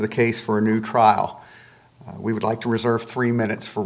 the case for a new trial we would like to reserve three minutes for